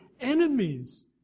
enemies